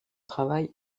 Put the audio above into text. travail